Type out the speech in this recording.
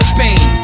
Spain